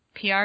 PR